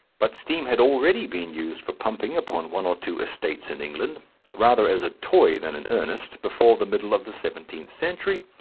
but steam had already been used for pumping upon one or two estates in england rather as a toy than in earnest before the middle of the seventeenth century,